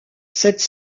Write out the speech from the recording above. cette